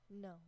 no